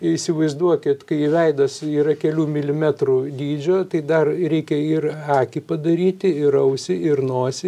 įsivaizduokit kai veidas yra kelių milimetrų dydžio tai dar reikia ir akį padaryti ir ausį ir nosį